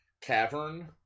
cavern